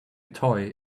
toy